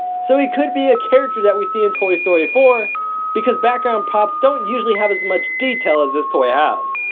so he could be a character that we see in toy story four because background props don't usually have as much detail as this toy has.